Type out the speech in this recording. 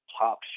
top